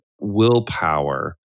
willpower